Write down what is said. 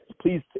please